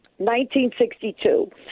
1962